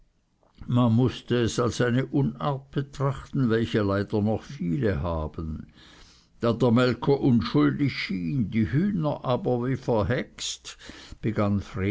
man mußte es als eine unart betrachten welche leider noch viele haben da der melker unschuldig schien die hühner aber wie verhexet begann